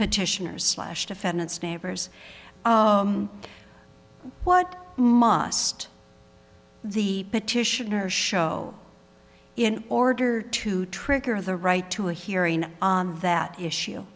petitioners slash defendants neighbors what must the petitioner show in order to trigger the right to a hearing on that issue